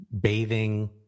bathing